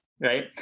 right